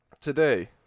today